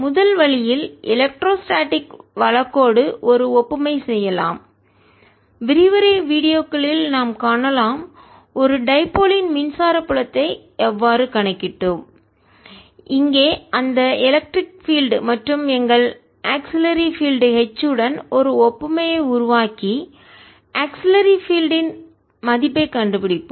முதல் வழியில் எலக்ட்ரோஸ்டேடிக் வழக்கோடு ஒரு ஒப்புமை செய்யலாம் விரிவுரை வீடியோக்களில் நாம் காணலாம் ஒரு டைபோல் யின் இருமுனையின் மின்சார புலத்தை எவ்வாறு கணக்கிட்டோம் இங்கே அந்த எலெக்ட்ரிக் பீல்டு மின்சார புலம் மற்றும் எங்கள் ஆக்ஸிலரி பீல்டு துணை புலம் H உடன் ஒரு ஒப்புமையை உருவாக்கி ஆக்ஸிலரி பீல்டு யின் துணை புலத்தின் மதிப்பை கண்டுபிடிப்போம்